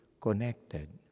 connected